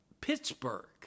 pittsburgh